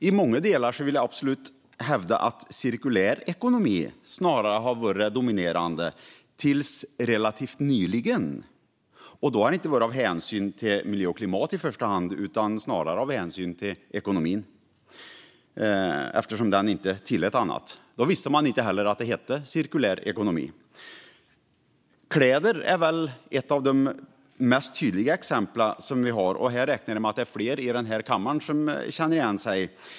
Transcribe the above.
I många delar vill jag absolut hävda att cirkulär ekonomi snarare har varit det dominerande fram till relativt nyligen, detta inte i första hand av hänsyn till miljö och klimat utan snarare av hänsyn till ekonomin eftersom den inte tillät annat. Då visste man inte heller att det hette "cirkulär ekonomi". Kläder är väl ett av de tydligaste exemplen, och jag räknar med att det är flera här i kammaren som känner igen sig.